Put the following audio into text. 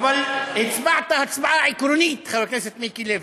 אבל הצבעת הצבעה עקרונית, חבר הכנסת מיקי לוי,